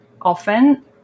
often